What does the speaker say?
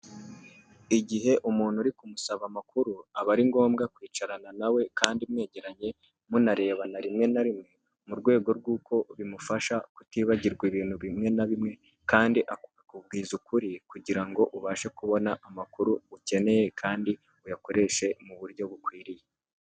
Igihe umuntu uri kumusaba amakuru aba ari ngombwa kwicarana na we kandi mwegeranye munarebana rimwe na rimwe mu rwego rw'uko bimufasha kutibagirwa ibintu bimwe na bimwe kandi akabikubwiza ukuri kugira ngo ubashe kubona amakuru ukeneye kandi uyakoreshe mu buryo bukwiriye.